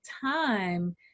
time